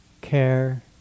care